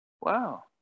Wow